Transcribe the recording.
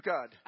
God